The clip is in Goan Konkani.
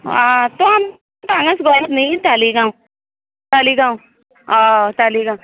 हा तो आमकां हांगाच गोंयान नी तालिगांव तालिगांव ओ तालिगांव